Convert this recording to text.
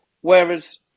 Whereas